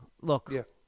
Look